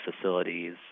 facilities